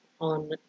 on